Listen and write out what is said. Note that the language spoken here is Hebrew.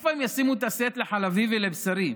איפה הם ישימו את הסט לחלבי ולבשרי,